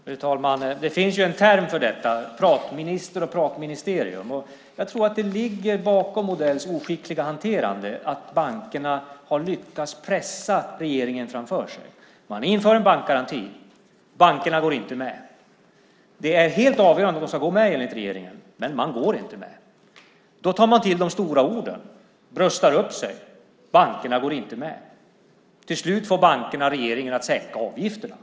Fru talman! Det finns en term för detta, pratminister och pratministerium. Jag tror att bakom Odells oskickliga hanterande ligger detta att bankerna har lyckats pressa regeringen framför sig. Man inför en bankgaranti, men bankerna går inte med. Det är helt avgörande att de går med, enligt regeringen, men de går inte med. Då tar man till de stora orden och bröstar upp sig, men bankerna går inte med. Till slut får bankerna regeringen att sänka avgifterna.